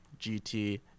GT